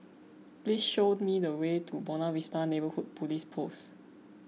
please show me the way to Buona Vista Neighbourhood Police Post